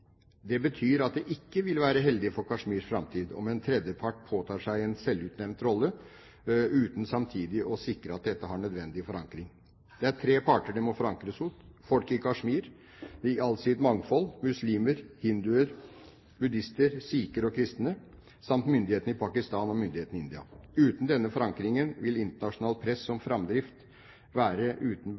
Det betyr at det ikke vil være heldig for Kashmirs framtid om en tredjepart påtar seg en selvutnevnt rolle uten samtidig å sikre at dette har nødvendig forankring. Det er tre parter det må forankres hos. Det er folket i Kashmir i all sitt mangfold – muslimer, hinduer, buddhister, sikher og kristne – samt myndighetene i Pakistan og myndighetene i India. Uten denne forankringen vil et internasjonalt press om framdrift være uten